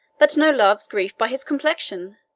that know love's grief by his complexion!